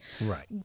right